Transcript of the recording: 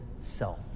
self